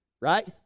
right